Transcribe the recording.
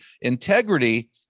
Integrity